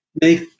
make